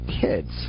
kids